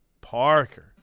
Parker